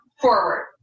forward